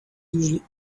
usually